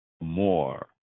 more